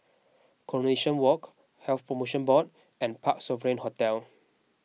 Coronation Walk Health Promotion Board and Parc Sovereign Hotel